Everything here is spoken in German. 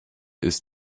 ist